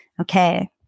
Okay